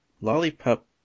lollipop